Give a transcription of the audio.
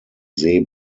see